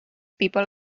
people